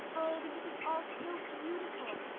oh, because it's all so beautiful.